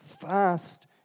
fast